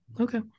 Okay